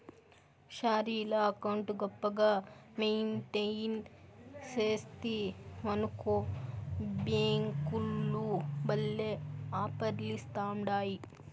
salary account గొప్పగా maintain సేస్తివనుకో బ్యేంకోల్లు భల్లే ఆపర్లిస్తాండాయి